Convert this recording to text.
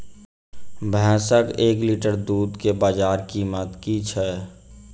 भैंसक एक लीटर दुध केँ बजार कीमत की छै?